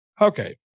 Okay